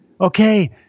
okay